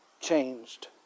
changed